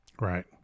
Right